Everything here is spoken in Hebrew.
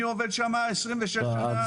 אני עובד שם 26 שנה.